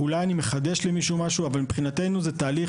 אולי אני מחדש למישהו משהו אבל מבחינתנו זה תהליך